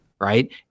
Right